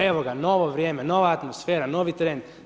Evo ga, novo vrijeme, nova atmosfera, novi trend.